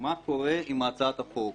מה קורה עם הצעת החוק,